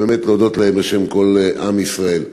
ולהודות להם בשם כל עם ישראל.